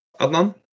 Adnan